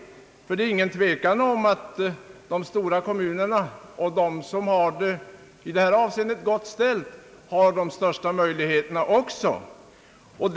Det är nämligen ingen tvekan om att de stora kommunerna och de som har det gott ställt också har de största möjligheterna att få nya företag.